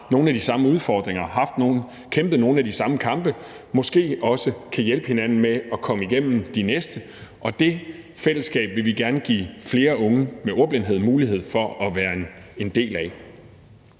nogle af de samme udfordringer og har kæmpet nogle af de samme kampe, og de kan måske også hjælpe hinanden med at komme igennem de næste. Det fællesskab vil vi gerne give flere unge med ordblindhed mulighed for at være en del af.